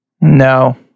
No